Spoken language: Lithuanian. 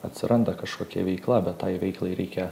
atsiranda kažkokia veikla bet tai veiklai reikia